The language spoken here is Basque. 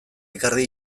ekarri